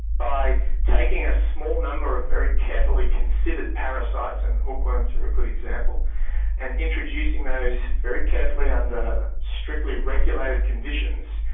by taking a small number of very carefully considered parasites and hook worms are a good example and introducing those very carefully under strictly regulated conditions,